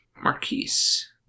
marquise